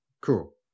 Cool